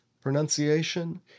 pronunciation